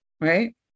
right